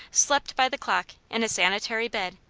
slept by the clock, in a sanitary bed,